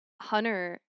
hunter